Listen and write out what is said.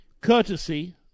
courtesy